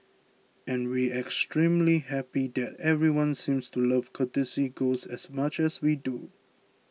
and we extremely happy that everyone seems to love Courtesy Ghost as much as we do